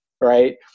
right